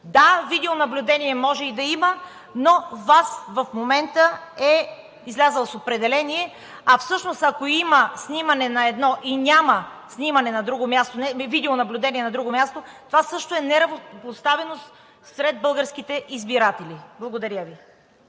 Да, видеонаблюдение може и да има, но ВАС в момента е излязъл с определение. А всъщност, ако има видеонаблюдение на едно и няма видеонаблюдение на друго място, това също е неравнопоставеност сред българските избиратели. Благодаря Ви.